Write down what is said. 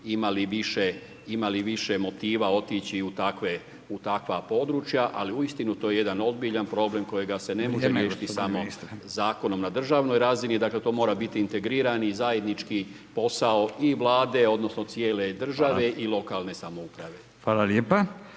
imali više motiva otići u takva područja ali uistinu to je jedan ozbiljan problem kojega se ne može riješiti zakonom na državnoj razini dakle to mora biti integrirani, zajednički posao i Vlade odnosno cijele države i lokalne samouprave. **Radin,